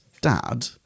dad